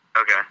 Okay